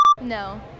No